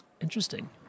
Interesting